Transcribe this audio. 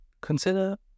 Consider